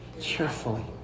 cheerfully